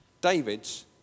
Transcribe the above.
David's